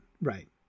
right